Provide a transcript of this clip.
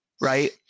Right